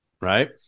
right